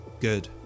good